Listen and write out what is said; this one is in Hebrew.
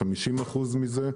50% מזה,